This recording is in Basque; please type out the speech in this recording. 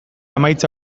emaitza